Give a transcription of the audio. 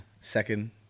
second